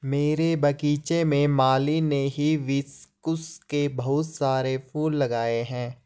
मेरे बगीचे में माली ने हिबिस्कुस के बहुत सारे फूल लगाए हैं